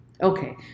Okay